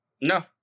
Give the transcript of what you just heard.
No